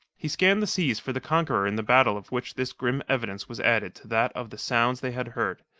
he scanned the seas for the conqueror in the battle of which this grim evidence was added to that of the sounds they had heard,